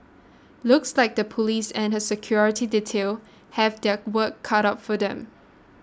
looks like the police and her security detail have their work cut out for them